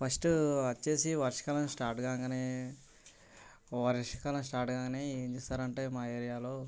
first వచ్చి వర్షకాలం start కాగానే వర్షకాలం స్టార్ట్ కాగానే ఏం చేస్తారంటే మా ఏరియాలో